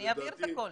אני אעביר את הכול.